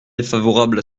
défavorable